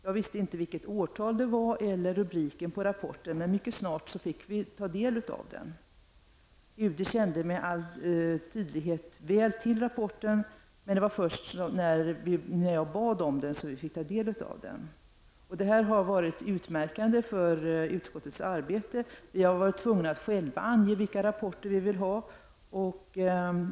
Jag visste inte vilket årtal det gällde eller rubriken på rapporten. Men mycket snart fick vi ta del av rapporten. Utrikesdepartementet kände helt klart till rapporten, men det var först när jag bad om den som vi fick ta del av den. Detta har varit utmärkande för utskottets arbete. Vi har varit tvungna att själva ange vilka rapporter som vi vill ha.